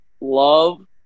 love